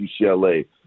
UCLA